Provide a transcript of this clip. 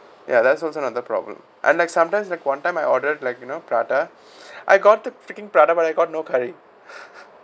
ya that's another problem and like sometimes I quarantined I ordered like you know prata I got the freaking prata but I got no curry